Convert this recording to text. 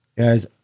Guys